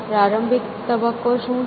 પ્રારંભિક તબક્કો શું છે